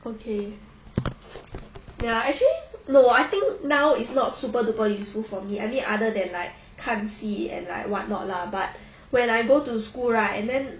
okay ya actually no I think now is not super duper useful for me I think other than like 看戏 and like what not lah but when I go to school right and then